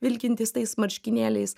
vilkintis tais marškinėliais